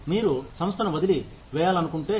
మీరు సంస్థను వదిలి వేయాలనుకుంటే